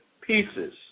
pieces